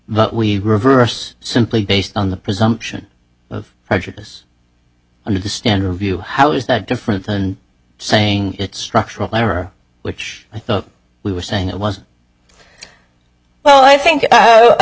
but we reverse simply based on the presumption of prejudice under the standard view how is that different than saying it structural lever which we were saying it was well i think